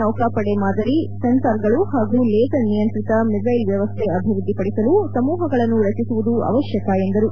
ನೌಕಾಪಡೆ ಮಾದರಿ ಸೆನ್ಸಾರ್ಗಳು ಹಾಗೂ ಲೇಜರ್ ನಿಯಂತ್ರಿತ ಮಿಸ್ಟೆಲ್ ವ್ಯವಸ್ಥೆ ಅಭಿವೃದ್ದಿ ಪಡಿಸಲು ಸಮೂಹಗಳನ್ನು ರಚಿಸುವುದು ಅವಶ್ಯಕ ಎಂದರು